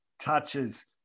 touches